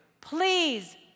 please